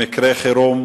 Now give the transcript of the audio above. למקרי חירום